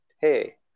Hey